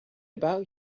about